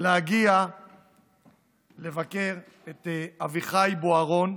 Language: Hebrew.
להגיע לבקר את אביחי בוארון.